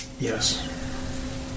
Yes